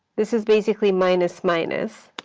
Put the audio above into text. this is basically minus minus,